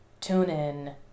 TuneIn